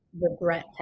regret